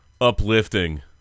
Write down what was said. Uplifting